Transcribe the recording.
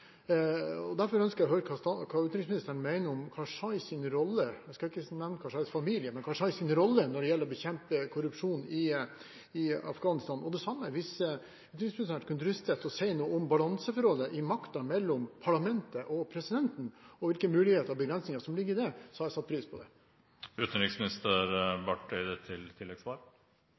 og som fortsatt er der, og kanskje er økende, er korrupsjon. Derfor ønsker jeg å høre hva utenriksministeren mener om Karzais rolle – jeg skal ikke nevne Karzais familie – når det gjelder å bekjempe korrupsjon i Afghanistan. Og hvis utenriksministeren kunne driste seg til å si noe om balanseforholdet i makten mellom parlamentet og presidenten, og hvilke muligheter og begrensninger som ligger i det, hadde jeg satt pris på